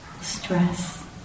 stress